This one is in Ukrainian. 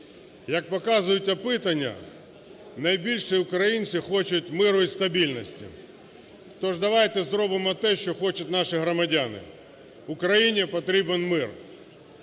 Як показують опитування, найбільше українці хочуть миру і стабільності. Тож давайте зробимо те, що хочуть наші громадяни. Україні потрібен мир.